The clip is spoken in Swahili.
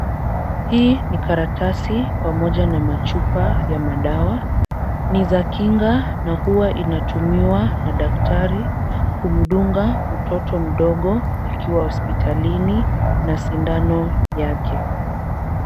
Hii ni karatasi pamoja na machupa ya madawa, ni za kinga na huwa inatumiwa na daktari kumdunga mtoto mdogo akiwa hospitalini na sindano yake.